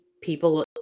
people